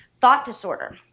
thought disorder.